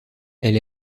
elle